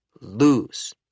Lose